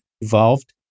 evolved